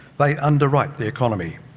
they underwrite the economy,